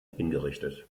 hingerichtet